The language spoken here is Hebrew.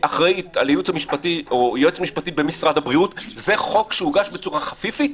כיועצת משפטית במשרד הבריאות: זה חוק שהוגש בצורה חפיפית,